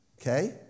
Okay